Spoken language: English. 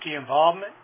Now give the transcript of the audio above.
involvement